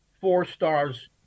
four-stars